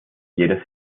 jedes